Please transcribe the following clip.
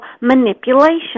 manipulation